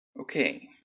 okay